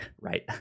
Right